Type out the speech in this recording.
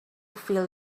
feel